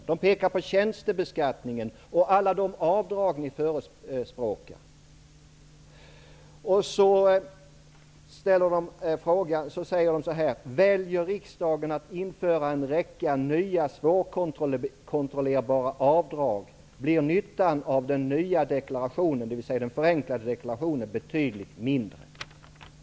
Vidare pekar man på tjänstebeskattningen och alla de avdrag som ni förespråkar. Dessutom skriver man: ''Väljer riksdagen att införa en räcka nya svårkontrollerbara avdrag, blir nyttan av den nya deklarationen'' -- dvs. den förenklade självdeklarationen -- ''betydligt mindre.''